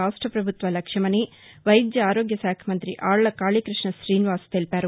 రాష్ట ప్రభుత్వ లక్ష్యమని వైద్య అరోగ్యశాఖ మంతి అళ్ల కాళీకృష్ణ గ్రీనివాస్ తెలిపారు